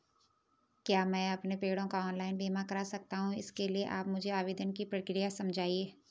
क्या मैं अपने पेड़ों का ऑनलाइन बीमा करा सकता हूँ इसके लिए आप मुझे आवेदन की प्रक्रिया समझाइए?